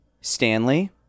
Stanley